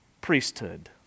priesthood